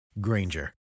Granger